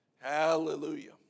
Hallelujah